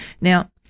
now